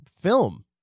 film